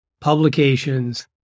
publications